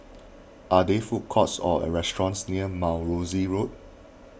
are they food courts or or restaurants near Mount Rosie Road